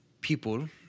people